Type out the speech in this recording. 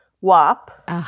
WAP